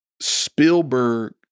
Spielberg